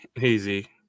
Easy